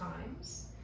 times